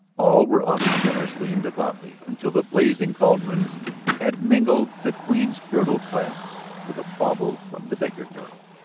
all were offered generously and devoutly until the blazing caldrons had mingled the queen's girdle-clasps with a bauble from the beggar girl.